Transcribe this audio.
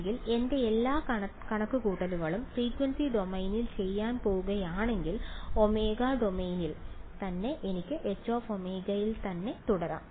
അല്ലെങ്കിൽ എന്റെ എല്ലാ കണക്കുകൂട്ടലുകളും ഫ്രീക്വൻസി ഡൊമെയ്നിൽ ചെയ്യാൻ പോകുകയാണെങ്കിൽ ഒമേഗ ഡൊമെയ്നിൽ തന്നെ എനിക്ക് Hω ൽ തന്നെ തുടരാം